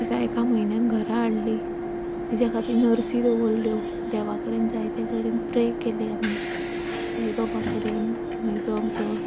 तिका एका म्हयन्यान घरा हाडली तिच्या खातीर नर्सी दवरल्यो देवा कडेन जायते कडेन प्रे केलें आमी साइबाबा कडेन मागीर तो आमचो